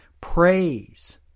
praise